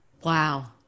Wow